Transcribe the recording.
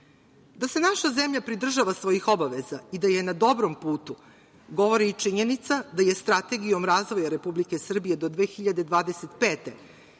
se naša zemlja pridržava svojih obaveza i da je na dobrom putu, govori i činjenica je Strategijom razvoja Republike Srbije do 2025.